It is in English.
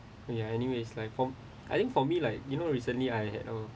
ya anyway it's like for I think for me like you know recently I had a